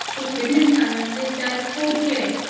सुकी मिरसांग्याचे चार कुडके